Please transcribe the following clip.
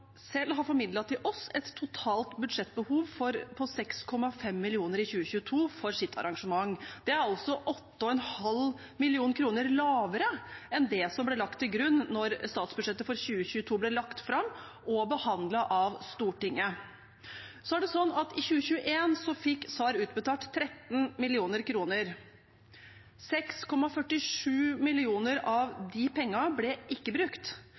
selv har formidlet til oss et totalt budsjettbehov på 6,5 mill. kr i 2022 for sitt arrangement. Det er altså 8,5 mill. kr lavere enn det som ble lagt til grunn da statsbudsjettet for 2022 ble lagt fram og behandlet av Stortinget. I 2021 fikk SAHR utbetalt 13 mill. kr. 6,47 mill. kr av de pengene ble ikke brukt.